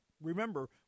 Remember